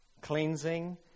Cleansing